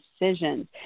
decisions